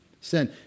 Sin